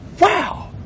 wow